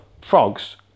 frogs